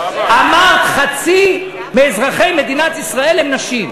אמרת: חצי מאזרחי מדינת ישראל הם נשים.